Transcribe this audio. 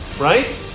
right